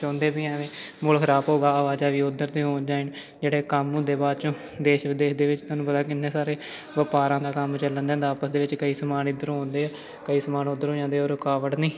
ਚਾਹੁੰਦੇ ਵੀ ਏਵੇਂ ਮਾਹੌਲ ਖ਼ਰਾਬ ਹੋਉਗਾ ਆਵਾਜਾਈ ਵੀ ਉੱਧਰ ਅਤੇ ਓਵੇਂ ਜਿਹੜੇ ਕੰਮ ਹੁੰਦੇ ਬਾਅਦ 'ਚੋਂ ਦੇਸ਼ ਵਿਦੇਸ਼ ਦੇ ਵਿੱਚ ਤੁਹਾਨੂੰ ਪਤਾ ਕਿੰਨੇ ਸਾਰੇ ਵਪਾਰਾਂ ਦਾ ਕੰਮ ਚੱਲਣ ਦਾ ਹੁੰਦਾ ਆਪਸ ਦੇ ਵਿੱਚ ਕਈ ਸਮਾਨ ਇੱਧਰੋ ਆਉਂਦੇ ਕਈ ਸਮਾਨ ਉੱਧਰੋਂ ਜਾਂਦੇ ਉਹ ਰੁਕਾਵਟ ਨਹੀਂ